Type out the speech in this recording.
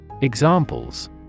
Examples